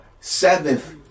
seventh